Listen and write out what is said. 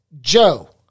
Joe